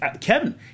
Kevin